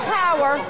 power